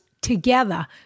together